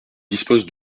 dispose